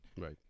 Right